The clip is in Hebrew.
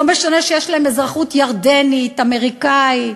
לא משנה שיש להם אזרחות ירדנית, אמריקנית,